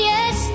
Yes